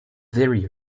very